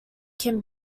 can